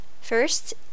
First